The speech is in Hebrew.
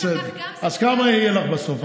מי שלקח גם זה וגם זה, אז כמה יהיו לך בסוף?